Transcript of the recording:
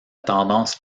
tendance